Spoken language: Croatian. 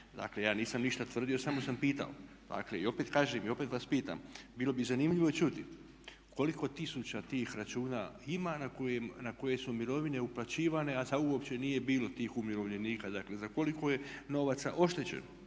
Dakle, ja nisam ništa tvrdio samo sam pitao. Dakle, i opet kažem i opet vas pitam bilo bi zanimljivo čuti koliko tisuća tih računa ima na koje su mirovine uplaćivane a da uopće nije bilo tih umirovljenika, dakle za koliko je novaca oštećena